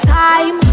time